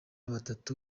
batatu